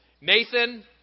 Nathan